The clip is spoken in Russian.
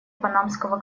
панамского